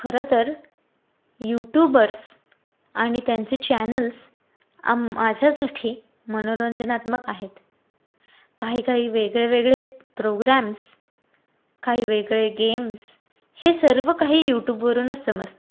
खरंतर यूट्यूबर्स आणि त्यांचे चॅनल्स आ माझ्यासाठी मनोरंजनात्मक आहेत काही काही वेगळे वेगळे प्रोग्रॅम्स काही वेगळे गेम्स हे सर्व काही यूटूबवरूनच समजते